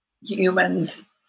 humans